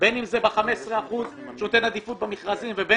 בין אם זה ב-15 אחוזים שהוא נותן עדיפות במכרזים ובין